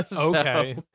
Okay